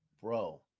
bro